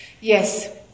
yes